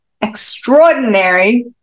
extraordinary